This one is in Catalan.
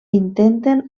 intenten